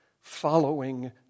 following